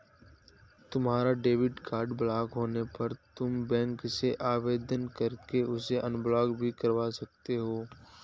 तुम्हारा debit card block होने पर तुम बैंक से आवेदन करके उसे अनब्लॉक भी करवा सकते हो